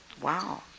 Wow